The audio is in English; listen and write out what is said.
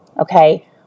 okay